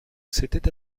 s’était